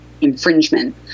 infringement